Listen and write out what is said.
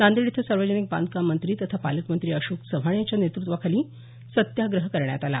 नांदेड इथं सार्वजनिक बांधकाम मंत्री तथा पालकमंत्री अशोक चव्हाण यांच्या नेतुत्वाखाली सत्याग्रह करण्यात आला